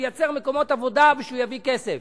ייצר מקומות עבודה וכדי שהוא יביא כסף.